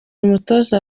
umutoza